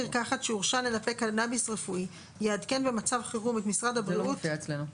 זה לא מופיע אצלנו.